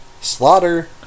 slaughter